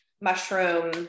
mushroom